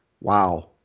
Wow